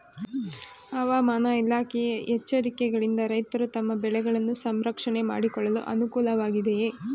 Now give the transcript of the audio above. ಹವಾಮಾನ ಇಲಾಖೆಯ ಎಚ್ಚರಿಕೆಗಳಿಂದ ರೈತರು ತಮ್ಮ ಬೆಳೆಗಳನ್ನು ಸಂರಕ್ಷಣೆ ಮಾಡಿಕೊಳ್ಳಲು ಅನುಕೂಲ ವಾಗಿದೆಯೇ?